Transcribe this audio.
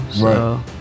Right